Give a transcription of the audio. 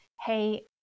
Hey